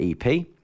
EP